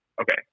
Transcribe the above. Okay